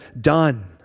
done